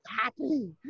happy